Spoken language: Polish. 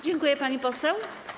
Dziękuję, pani poseł.